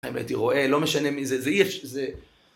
אם הייתי רואה, לא משנה מי זה, זה יש, זה...